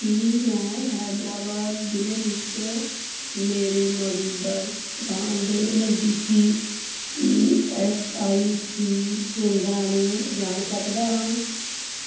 ਕੀ ਮੈਂ ਹੈਦਰਾਬਾਦ ਜ਼ਿਲ੍ਹੇ ਵਿੱਚ ਮੇਰੇ ਮੌਜੂਦਾ ਸਥਾਨ ਦੇ ਨਜ਼ਦੀਕੀ ਈ ਐਸ ਆਈ ਸੀ ਕੇਂਦਰਾਂ ਨੂੰ ਜਾਣ ਸਕਦਾ ਹਾਂ